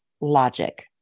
logic